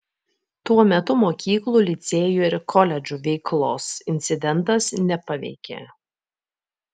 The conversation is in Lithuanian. tuo metu mokyklų licėjų ir koledžų veiklos incidentas nepaveikė